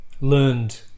learned